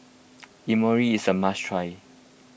Imoni is a must try